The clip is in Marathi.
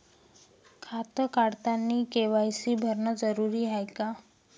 खातं काढतानी के.वाय.सी भरनं जरुरीच हाय का?